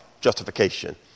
justification